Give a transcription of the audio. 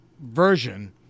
version